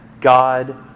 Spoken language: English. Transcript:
God